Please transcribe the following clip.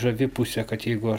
žavi pusė kad jeigu aš